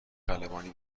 خلبانی